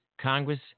Congress